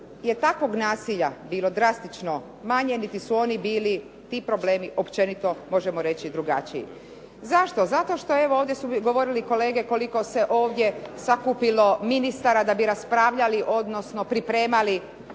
je takvog nasilja bilo drastično manje, niti su oni bili ti problemi općenito možemo reći drugačiji. Zašto? Zato što evo ovdje su govorili kolege koliko se ovdje sakupilo ministara da bi raspravljali, odnosno pripremali